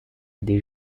aidé